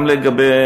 גם לגבי